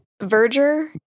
verger